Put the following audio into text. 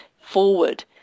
forward